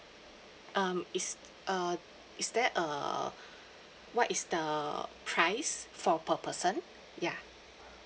um is uh is that err what is the price for per person yeah